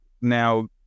now